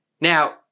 Now